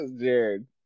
Jared